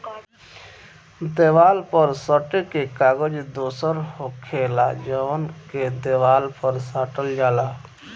देवाल पर सटे के कागज दोसर होखेला जवन के देवाल पर साटल जाला